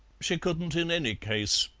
she couldn't in any case,